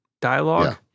dialogue